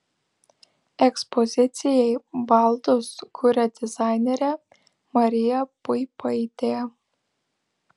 ekspozicijai baldus kuria dizainerė marija puipaitė